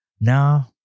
No